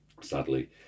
sadly